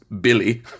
Billy